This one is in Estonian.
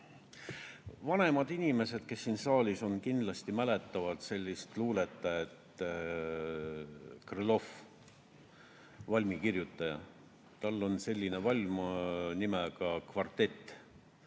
Vanemad inimesed, kes siin saalis on, kindlasti mäletavad sellist luuletajat nagu Krõlov, valmikirjutaja. Tal on valm nimega "Kvartett".